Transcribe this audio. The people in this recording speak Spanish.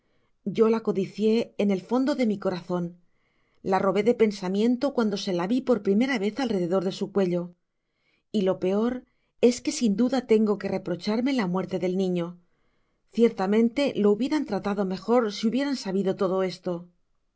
yo la codicié en el fondo de mi corazon la robé de pensamiento cuando se la vi por primera vez al rededor de su cuello y lo peor es que sin duda tengo que reprocharme la muerte del niño ciertamente lo hubieran tratado mejor si hubieran sabido todo esto